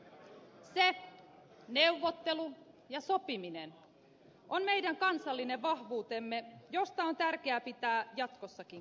se neuvottelu ja sopiminen on meidän kansallinen vahvuutemme josta on tärkeä pitää jatkossakin kiinni